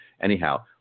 anyhow